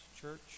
church